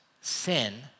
Sin